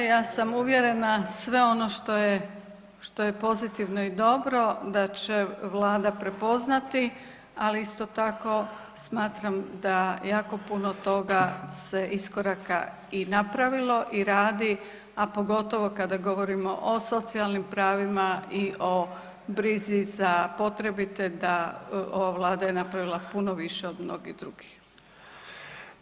Ja sam uvjerena, sve ono što je što je pozitivno i dobro da će Vlada prepoznati, ali isto tako, smatram da jako puno toga se iskoraka i napravilo i radi, a pogotovo kada govorimo o socijalnim pravima i o brizi za potrebite, da ova Vlada je napravila puno više od mnogih drugih.